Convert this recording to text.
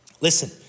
Listen